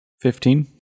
Fifteen